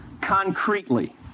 concretely